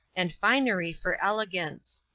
and finery for elegance.